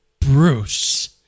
Bruce